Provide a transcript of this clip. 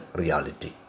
reality